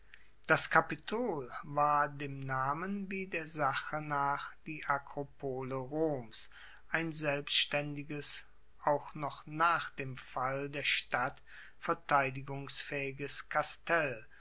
das kapitol war dem namen wie der sache nach die akropole roms ein selbstaendiges auch noch nach dem fall der stadt verteidigungsfaehiges kastell